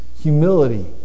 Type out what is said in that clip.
humility